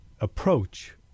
approach